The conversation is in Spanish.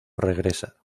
regresa